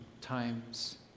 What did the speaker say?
times